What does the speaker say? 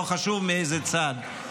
לא חשוב מאיזה צד,